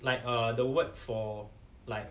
like uh the word for like